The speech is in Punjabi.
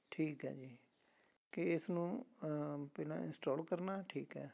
ਠੀਕ ਹੈ ਜੀ ਕਿ ਇਸ ਨੂੰ ਬਿਨਾਂ ਇੰਸਟੋਲ ਕਰਨਾ ਠੀਕ ਹੈ